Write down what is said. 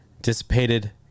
dissipated